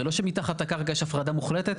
זה לא שמתחת לקרקע יש הפרדה מוחלטת,